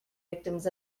victims